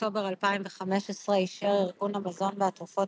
באוקטובר 2015 אישר ארגון המזון והתרופות